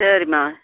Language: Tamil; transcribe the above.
சரிம்மா